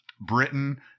Britain